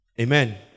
amen